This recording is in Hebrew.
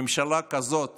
ממשלה כזאת